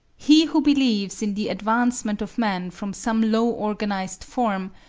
he who believes in the advancement of man from some low organised form,